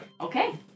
Okay